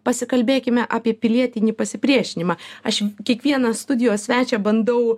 pasikalbėkime apie pilietinį pasipriešinimą aš kiekvieną studijos svečią bandau